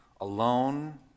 alone